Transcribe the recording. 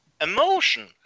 Emotion